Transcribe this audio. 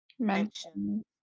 Mention